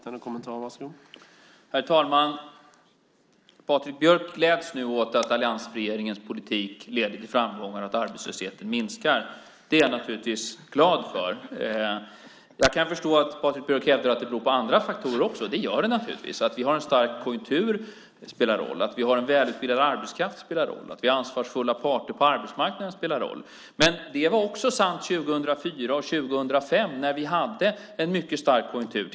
Herr talman! Patrik Björck gläds nu åt att alliansregeringens politik leder till framgångar och att arbetslösheten minskar. Det är jag glad för. Jag kan förstå att Patrik Björck hävdar att det beror på andra faktorer, och det gör det naturligtvis. Att vi har en stark konjunktur, att vi har en välutbildad arbetskraft och att vi har ansvarsfulla parter på arbetsmarknaden spelar roll, men det var också sant 2004 och 2005 när vi hade en mycket stark konjunktur.